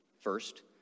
First